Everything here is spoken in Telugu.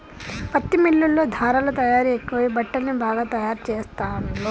పత్తి మిల్లుల్లో ధారలా తయారీ ఎక్కువై బట్టల్ని బాగా తాయారు చెస్తాండ్లు